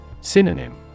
Synonym